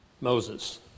Moses